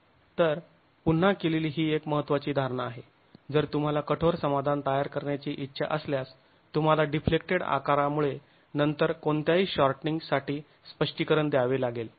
तर पुन्हा केलेली ही एक महत्त्वाची धारणा आहे जर तुम्हाला कठोर समाधान तयार करण्याची इच्छा असल्यास तुम्हाला डिफ्लेक्टेड आकारामुळे नंतर कोणत्याही शॉर्टनींग साठी स्पष्टीकरण द्यावे लागेल